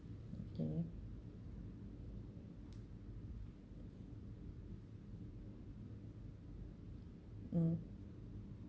mm mm